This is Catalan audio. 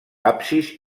absis